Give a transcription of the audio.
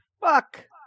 fuck